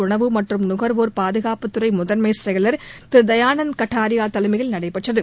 உணவு மற்றும் நுகா்வோா் பாதுகாப்புத் துறை முதன்மை செயலா் திரு தயானந்த் கட்டாரியா தலைமையில் நடைபெற்றது